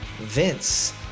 Vince